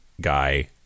guy